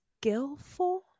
skillful